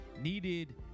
Needed